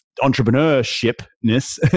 entrepreneurship-ness